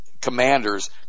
commanders